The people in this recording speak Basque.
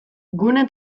gune